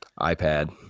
iPad